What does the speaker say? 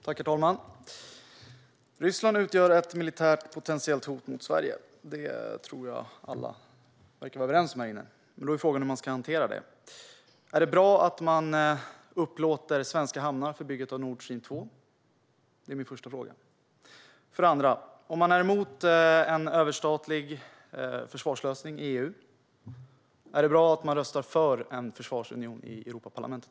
Herr talman! Ryssland utgör ett militärt potentiellt hot mot Sverige. Det verkar alla vara överens om här inne. Då är frågan hur man ska hantera detta. Är det bra att man upplåter svenska hamnar för bygget av Nordstream 2? Det är min första fråga. Min andra fråga är: Om man är emot en överstatlig försvarslösning i EU - är det då bra att man röstar för en försvarsunion i Europaparlamentet?